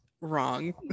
Wrong